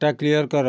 data clear କର